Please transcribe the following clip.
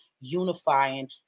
unifying